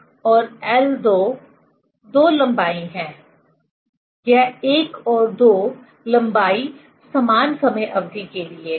l1 और l2 दो लंबाई हैं यह l और 2 लंबाई समान समय अवधि के लिए है